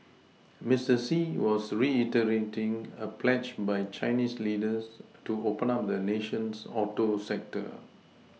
Mister Xi was reiterating a pledge by Chinese leaders to open up the nation's Auto sector